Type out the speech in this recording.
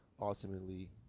ultimately